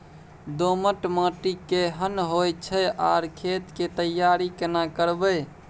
दोमट माटी केहन होय छै आर खेत के तैयारी केना करबै?